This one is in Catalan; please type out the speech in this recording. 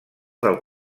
del